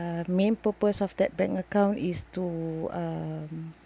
uh main purpose of that bank account is to um